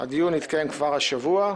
הדיון יתקיים כבר השבוע.